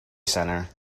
centre